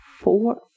four